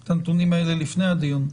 את הנתונים האלה לפני הדיון.